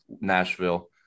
Nashville